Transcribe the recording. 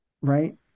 right